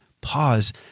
pause